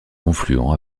confluent